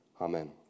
Amen